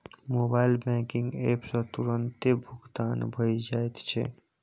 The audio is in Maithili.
मोबाइल बैंकिंग एप सँ तुरतें भुगतान भए जाइत छै